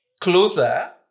closer